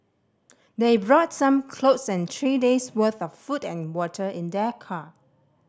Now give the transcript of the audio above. they brought some clothes and three days' worth of food and water in their car